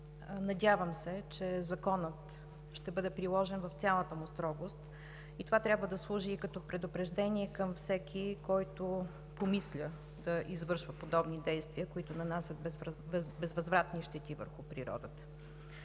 Надявам се, че Законът ще бъде приложен в цялата му строгост. Това трябва да служи и като предупреждение към всеки, който помисля да извършва подобни действия, които нанасят безвъзвратни щети върху природата.